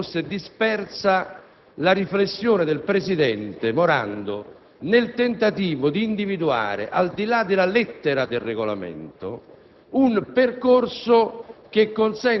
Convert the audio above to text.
Proprio per questo, non vorrei che fosse dispersa la riflessione del presidente Morando nel tentativo di individuare, al di là della lettera del Regolamento,